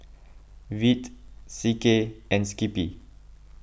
Veet C K and Skippy